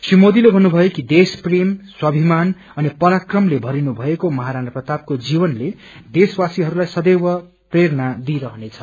श्री मोदीले भन्नुभयो कि देश प्रेम स्वभिमान अनि पराक्रमले भरिनु भएको महाराणा प्रतापको जीवनले देशवासीहरूलाई सदैव प्रेरणा दिइरहने छ